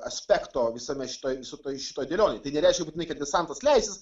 aspekto visame šitoje šitoj dėlionėj tai nereiškia būtinai kad desantas leisis